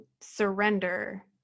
surrender